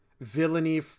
villainy